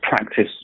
practice